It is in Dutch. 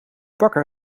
bakker